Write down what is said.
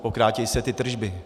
Pokrátí se ty tržby.